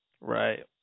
right